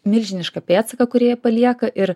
milžinišką pėdsaką kurį jie palieka ir